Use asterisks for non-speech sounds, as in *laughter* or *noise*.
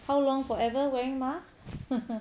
how long forever wearing masks *laughs*